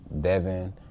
Devin